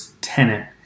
tenant